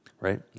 right